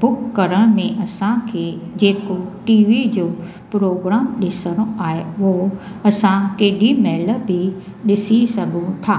book करण में असां खे जेको टी वी जो प्रोग्राम ॾिसिणो आहे उहो असां कॾहिं महिल बि ॾिसी सघूं था